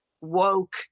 woke